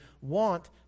want